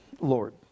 Lord